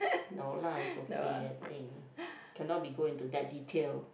no lah it's okay I think cannot be go into that detail